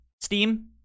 steam